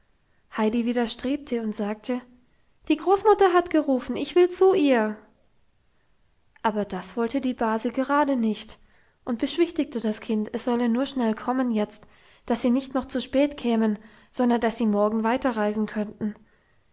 heidi widerstrebte und sagte die großmutter hat gerufen ich will zu ihr aber das wollte die base gerade nicht und beschwichtigte das kind es solle nur schnell kommen jetzt dass sie nicht noch zu spät kämen sondern dass sie morgen weiterreisen könnten